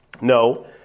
No